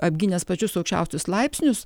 apgynęs pačius aukščiausius laipsnius